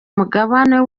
umugabane